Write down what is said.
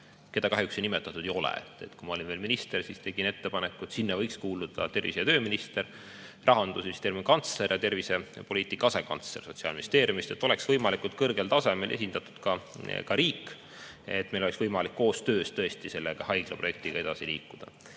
keda kahjuks nimetatud ei ole. Kui ma olin veel minister, siis tegin ettepaneku, et sinna võiksid kuuluda tervise‑ ja tööminister, Rahandusministeeriumi kantsler ja tervisepoliitika asekantsler Sotsiaalministeeriumist, et oleks võimalikult kõrgel tasemel ka riik esindatud, et meil oleks võimalik koostöös selle haigla projektiga edasi liikuda.